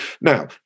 Now